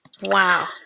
Wow